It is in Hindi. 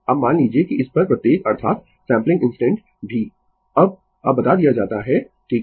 अब मान लीजिए कि इस पर प्रत्येक अर्थात सैंपलिंग इंस्टेंट भी अब अब बता दिया जाता है ठीक है